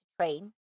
train